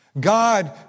God